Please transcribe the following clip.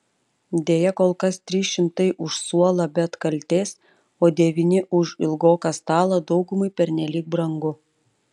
deja kol kas trys šimtai už suolą be atkaltės o devyni už ilgoką stalą daugumai pernelyg brangu